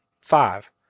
five